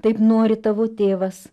taip nori tavo tėvas